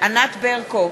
ענת ברקו,